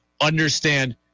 understand